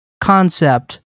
concept